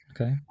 okay